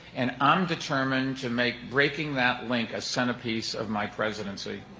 and i'm determined to make breaking that link a centerpiece of my presidency.